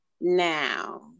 now